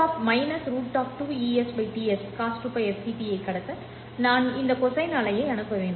எனவே −√ 2 Es Ts¿ ¿cos2π fct ஐ கடத்த நான் இந்த கொசைன் அலையை அனுப்ப வேண்டும்